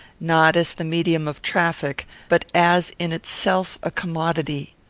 not as the medium of traffic, but as in itself a commodity.